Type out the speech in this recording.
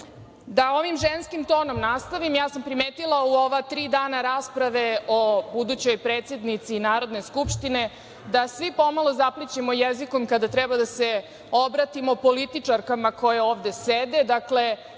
ovim ženskim tonom nastavim, ja sam primetila u ova tri dana rasprave o budućoj predsednici Narodne skupštine da svi pomalo zaplićemo jezikom kada treba da se obratimo političarkama koje ovde sede.